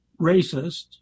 racist